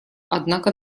однако